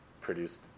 produced